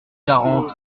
quarante